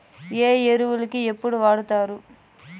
ఏ ఎరువులని ఎప్పుడు వాడుతారు?